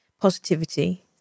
positivity